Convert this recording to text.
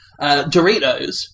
Doritos